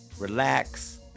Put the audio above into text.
relax